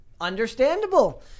Understandable